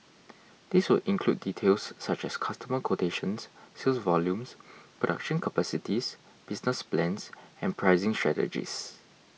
this would include details such as customer quotations sales volumes production capacities business plans and pricing strategies